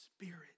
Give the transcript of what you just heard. spirit